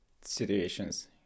situations